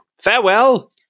farewell